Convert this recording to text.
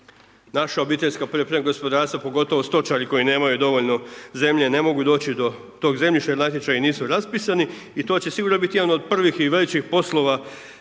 nije raspisan, naša OPG pogotovo stočari koji nemaju dovoljno zemlje, ne mogu doći do tog zemljišta jer natječaji nisu raspisani. I to će se sigurno biti jedna od prvih i većih poslova